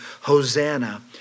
Hosanna